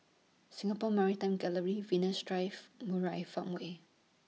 Singapore Maritime Gallery Venus Drive Murai Farmway